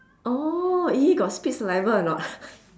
orh !ee! got spit saliva or not